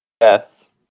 Yes